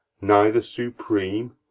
neither supreme,